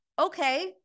Okay